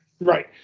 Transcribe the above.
Right